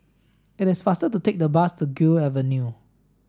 it is faster to take the bus to Gul Avenue